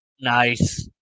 Nice